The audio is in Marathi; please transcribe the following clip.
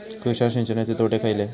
तुषार सिंचनाचे तोटे खयले?